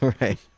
Right